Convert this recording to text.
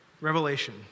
revelation